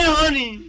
honey